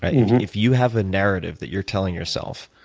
ah if you have a narrative that you're telling yourself